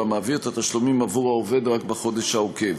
אולם מעביר את התשלומים עבור העובד רק בחודש העוקב.